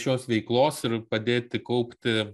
šios veiklos ir padėti kaupti